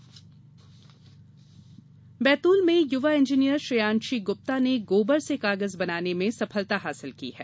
गोबर कागज बैतूल में युवा इंजीनियर श्रेयांशी ग्रप्ता ने गोबर से कागज बनाने में सफलता हासिल की है